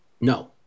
no